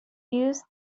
used